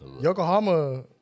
Yokohama